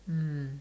mm